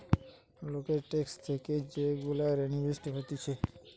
লোকের ট্যাক্স থেকে যে গুলা রেভিনিউ হতিছে